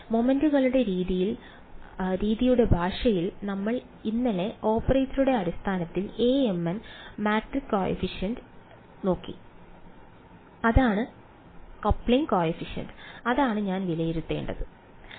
മൊമെന്റുകളുടെ രീതിയുടെ ഭാഷയിൽ നമ്മൾ ഇന്നലെ ഓപ്പറേറ്ററുടെ അടിസ്ഥാനത്തിൽ Amn മാട്രിക്സ് കോഫിഫിഷ്യന്റ് Amn നെ നോക്കി അതാണ് കപ്ലിംഗ് കോഫിഫിഷ്യന്റ് അതിനാൽ ഞാൻ വിലയിരുത്തേണ്ടതുണ്ട്